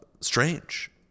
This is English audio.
strange